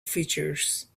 features